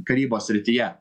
karybos srityje